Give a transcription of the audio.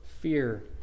fear